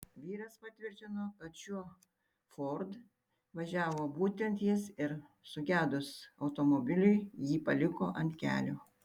vyras patvirtino kad šiuo ford važiavo būtent jis ir sugedus automobiliui jį paliko ant kelio